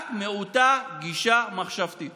רק מאותה גישה מחשבתית